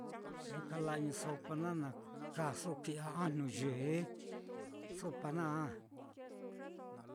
Ni kala'añu sopa naá na kaaso kui'ya ajnu yee sopa naá.